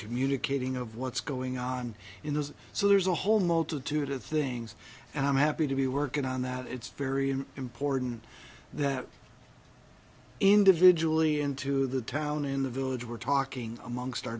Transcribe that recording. communicating of what's going on in this so there's a whole multitude of things and i'm happy to be working on that it's very important that individually into the town in the village we're talking amongst our